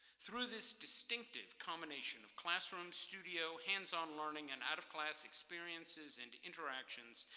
through this distinctive combination of classroom, studio, hands-on learning, and out-of-class experiences and interactions,